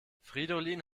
fridolin